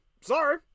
Sorry